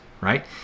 right